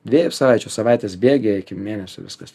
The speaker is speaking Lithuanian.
dviejų savaičių savaitės bėgyje iki mėnesio viskas